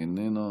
איננה,